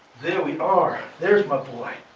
there we are, there's my boy